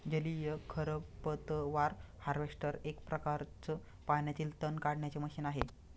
जलीय खरपतवार हार्वेस्टर एक प्रकारच पाण्यातील तण काढण्याचे मशीन आहे